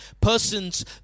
persons